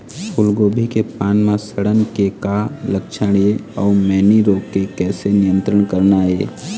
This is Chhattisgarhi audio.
फूलगोभी के पान म सड़न के का लक्षण ये अऊ मैनी रोग के किसे नियंत्रण करना ये?